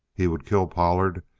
he would kill pollard.